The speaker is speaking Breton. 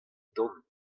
dont